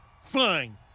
Fine